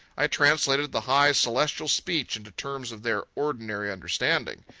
i translated the high celestial speech into terms of their ordinary understanding.